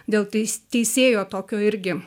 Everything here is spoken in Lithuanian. dėl teis teisėjo tokio irgi